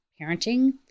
parenting